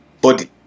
body